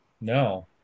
No